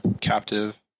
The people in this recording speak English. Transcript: captive